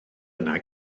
yna